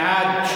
בעד,